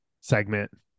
segment